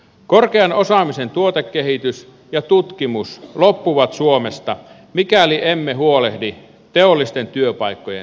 korkean osaamisen tuotekehitys ja tutkimus loppuvat suomesta mikäli emme huolehdi teollisten työpaikkojen säilymisestä